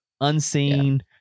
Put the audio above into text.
unseen